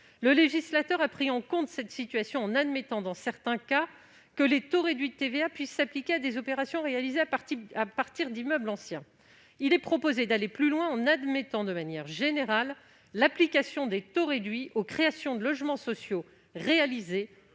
Le législateur a pris en compte cette situation en admettant, dans certains cas, que les taux réduits de TVA puissent s'appliquer à des opérations réalisées à partir d'immeubles anciens. Il est proposé d'aller plus loin en autorisant, de manière générale, l'application des taux réduits aux créations de logements sociaux réalisées